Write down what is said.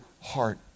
heart